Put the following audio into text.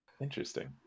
Interesting